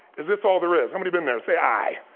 is this all there is? how many been there, say aye.